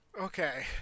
Okay